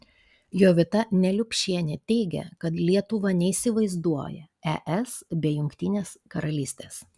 jovita neliupšienė teigia kad lietuva neįsivaizduoja es be jungtinės karalystės